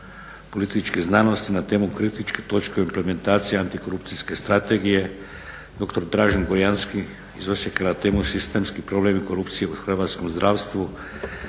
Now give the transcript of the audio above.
političkih znanosti na temu "Kritičke točke o implementaciji antikokrupcijske strategije", doktor Dražen Gorjanski iz Osijeka na temu "Sistemski problem i korupcije u hrvatskom zdravstvu",